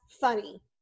funny